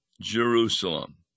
Jerusalem